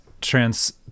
trans